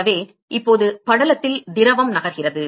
எனவே இப்போது படலத்தில் திரவம் நகர்கிறது